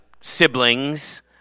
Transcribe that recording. Siblings